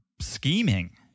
scheming